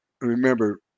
Remember